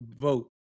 vote